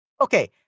Okay